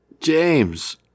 James